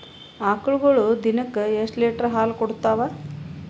ಆಕಳುಗೊಳು ದಿನಕ್ಕ ಎಷ್ಟ ಲೀಟರ್ ಹಾಲ ಕುಡತಾವ?